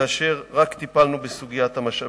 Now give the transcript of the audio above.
מאשר לו טיפלנו רק בסוגיית המשאבים.